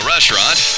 Restaurant